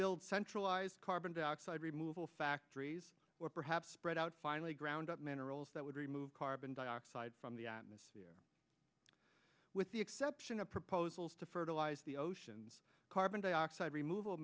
build centralized carbon dioxide removal factories or perhaps spread out finally ground up minerals that would remove carbon dioxide from the atmosphere with the exception of proposals to fertilize the oceans carbon dioxide remov